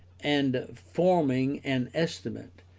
and forming an estimate,